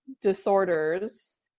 disorders